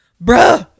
bro